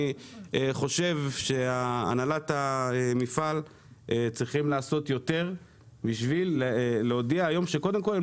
אני חושב שהנהלת המפעל צריכה לעשות יותר בשביל להודיע שקודם כל,